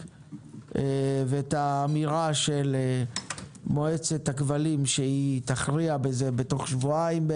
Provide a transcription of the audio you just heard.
ואת האמירה של מועצת הכבלים שהיא תכריע בזה בתוך כשבועיים.